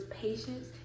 patience